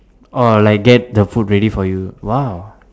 oh like get the food ready for you !wow!